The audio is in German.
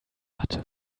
matte